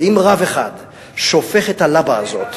ואם רב אחד שופך את הלבה הזאת,